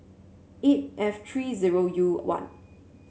eight F three zero U one